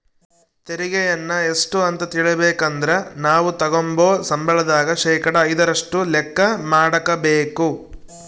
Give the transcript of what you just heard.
ತೆರಿಗೆಯನ್ನ ಎಷ್ಟು ಅಂತ ತಿಳಿಬೇಕಂದ್ರ ನಾವು ತಗಂಬೋ ಸಂಬಳದಾಗ ಶೇಕಡಾ ಐದರಷ್ಟು ಲೆಕ್ಕ ಮಾಡಕಬೇಕು